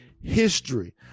history